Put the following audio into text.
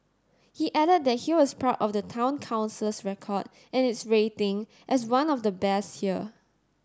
he added that he was proud of the Town Council's record and its rating as one of the best here